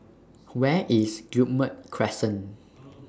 Where IS Guillemard Crescent